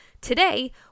Today